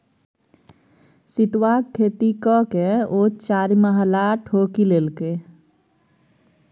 सितुआक खेती ककए ओ चारिमहला ठोकि लेलकै